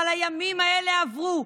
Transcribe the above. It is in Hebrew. אבל הימים האלה עברו.